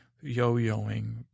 Yo-yoing